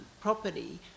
property